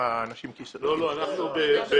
אנשים בכיסאות גלגלים --- אנחנו בבריאות.